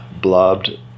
blobbed